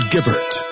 Gibbert